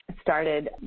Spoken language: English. started